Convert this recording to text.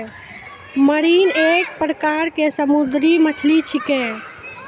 marine एक प्रकार के समुद्री मछली छेकै